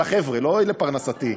של החבר'ה,